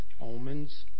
omens